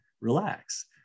relax